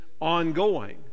ongoing